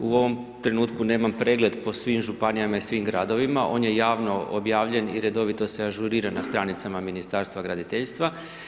U ovom trenutku nemam pregled po svim županijama i svim gradovima, on je javno objavljen i redovito se ažurira na stranicama Ministarstva graditeljstva.